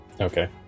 Okay